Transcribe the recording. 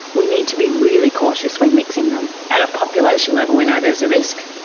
we need to be really cautious when mixing them. at a population level we know there's a risk,